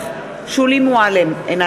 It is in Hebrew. שולי מועלם-רפאלי,